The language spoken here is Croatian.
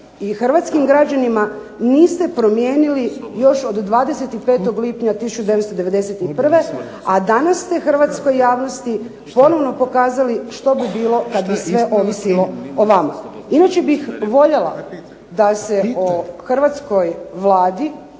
hrvatskim građanima niste promijenili još od 25. lipnja 1991., a danas ste hrvatskoj javnosti ponovno pokazali što bi bilo kad bi sve ovisilo o vama. Inače bih voljela da se o hrvatskoj Vladi,